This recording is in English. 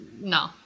no